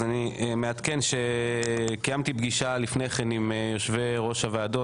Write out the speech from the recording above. אז אני מעדכן שקיימתי פגישה לפני כן עם יושבי ראש הוועדות,